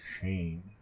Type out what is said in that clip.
Shane